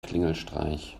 klingelstreich